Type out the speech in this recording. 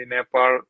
Nepal